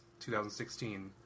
2016